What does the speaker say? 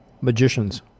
magicians